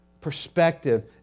perspective